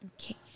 Okay